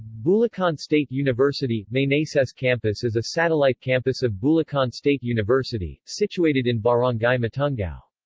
bulacan state university meneses campus is a satellite campus of bulacan state university, situated in barangay matungao.